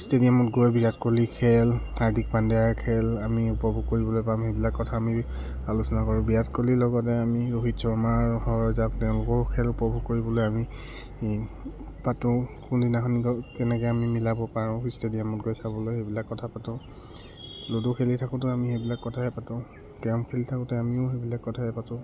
ষ্টেডিয়ামত গৈ বিৰাট কোহলি খেল হাৰ্দিক পাণ্ডেিয়াৰ খেল আমি উপভোগ কৰিবলৈ পাম সেইবিলাক কথা আমি আলোচনা কৰোঁ বিৰাট কোহলিৰ লগতে আমি ৰোহিত শৰ্মাৰ হ'জ যাওঁ তেওঁলোকৰ খেল উপভোগ কৰিবলৈ আমি পাতোঁ কোনদিনাখন কেনেকে আমি মিলাব পাৰোঁ ষ্টেডিয়ামত গৈ চাবলৈ সেইবিলাক কথা পাতোঁ লুডু খেলি থাকোঁতেও আমি সেইবিলাক কথাই পাতোঁ কেৰম খেলি থাকোঁতে আমিও সেইবিলাক কথাই পাতোঁ